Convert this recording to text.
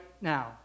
now